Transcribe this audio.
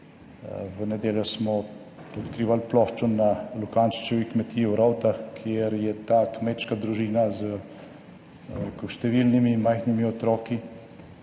V nedeljo smo odkrivali ploščo na Lukančičevi kmetiji v Rovtah, kjer je ta kmečka družina s, bi rekel, številnimi majhnimi otroki